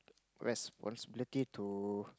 responsibility to